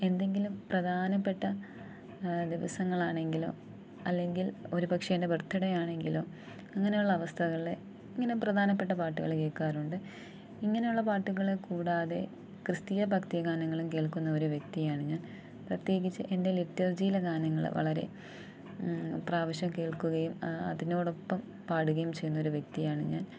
എന്തെങ്കിലും പ്രധാനപ്പെട്ട ദിവസങ്ങളാണെങ്കിലോ അല്ലെങ്കിൽ ഒരു പക്ഷേ എൻ്റെ ബർത്ത് ഡേ ആണെങ്കിലോ അങ്ങനെയുള്ള അവസ്ഥകളില്ഇങ്ങനെ പ്രധാനപ്പെട്ട പാട്ടുകള് കേള്ക്കാറുണ്ട് ഇങ്ങനെയുള്ള പാട്ടുകളെ കൂടാതെ ക്രിസ്തീയ ഭക്തിഗാനങ്ങളും കേൾക്കുന്നൊരു വ്യക്തിയാണ് ഞാൻ പ്രത്യേകിച്ച് എൻ്റെ ലിറ്റേർജിയിലെ ഗാനങ്ങള് വളരെ പ്രാവശ്യം കേൾക്കുകയും അതിനോടൊപ്പം പാടുകയും ചെയ്യുന്നൊരു വ്യക്തിയാണ് ഞാൻ